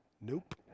Nope